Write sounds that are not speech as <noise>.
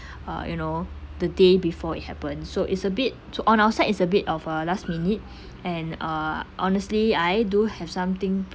<breath> uh you know the day before it happened so it's a bit t~ on our side is a bit of a last minute and uh honestly I do have something